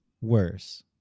worse